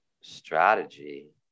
strategy